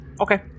Okay